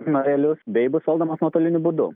narelius bei bus valdomas nuotoliniu būdu